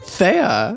Thea